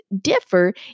differ